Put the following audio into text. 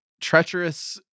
treacherous